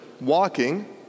walking